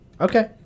Okay